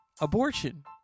abortion